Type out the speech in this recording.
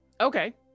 Okay